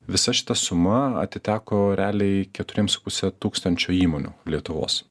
visa šita suma atiteko realiai keturiems su puse tūkstančio įmonių lietuvos